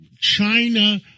China